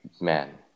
man